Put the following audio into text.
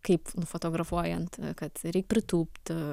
kaip nufotografuojant kad reik pritūpt